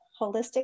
holistic